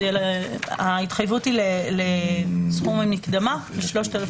ההתחייבות היא לסכום המקדמה בסך 3,000